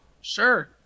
Sure